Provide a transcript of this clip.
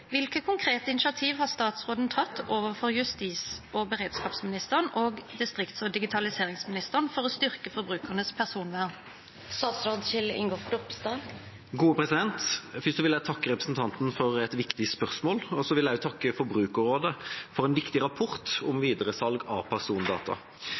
Hvilke konkrete initiativ har statsråden tatt overfor justis- og beredskapsministeren og distrikts- og digitaliseringsministeren for å styrke forbrukernes personvern?» Først vil jeg takke representanten for et viktig spørsmål, og så vil jeg også takke Forbrukerrådet for en viktig rapport om